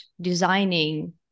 designing